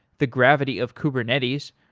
the gravity of kubernetes.